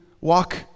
walk